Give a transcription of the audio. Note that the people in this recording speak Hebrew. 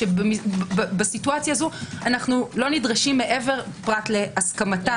בו אנו לא נדרשים מעבר פרט להסכמתה,